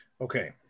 Okay